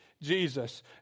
Jesus